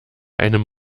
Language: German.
einem